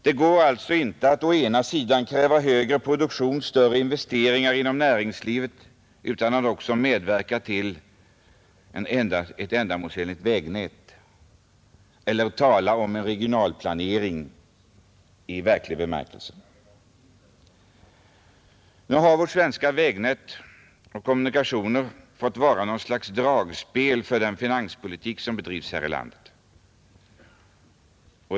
Det går alltså inte att ensidigt kräva högre produktion och större investeringar inom näringslivet utan att medverka till ett ändamålsenligt vägnät, och man kan inte heller tala om en regionalplanering i verklig bemärkelse. Vårt vägnät och våra kommunikationer har fått vara något slags dragspel för den finanspolitik som bedrivs här i landet.